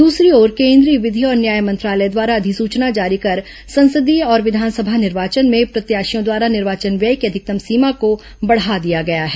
दूसरी ओर केंद्रीय विधि और न्याय मंत्रालय द्वारा अधिसूचना जारी कर संसदीय और विधानसभा निर्वाचन में प्रत्याशियों द्वारा निर्वाचन व्यय की अधिकतम सीमा को बढ़ा दिया गया है